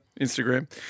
Instagram